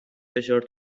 فشار